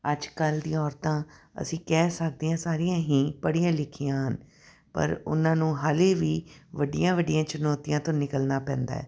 ਅੱਜ ਕੱਲ੍ਹ ਦੀਆ ਔਰਤਾਂ ਅਸੀਂ ਕਹਿ ਸਕਦੇ ਹਾਂ ਸਾਰੀਆਂ ਹੀ ਪੜ੍ਹੀਆਂ ਲਿਖੀਆਂ ਹਨ ਪਰ ਉਹਨਾਂ ਨੂੰ ਹਾਲੇ ਵੀ ਵੱਡੀਆਂ ਵੱਡੀਆਂ ਚੁਣੌਤੀਆਂ ਤੋਂ ਨਿਕਲਣਾ ਪੈਂਦਾ